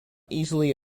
easily